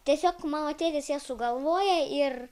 tiesiog mano tėtis jas sugalvoja ir